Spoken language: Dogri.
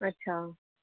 अच्छा